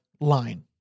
line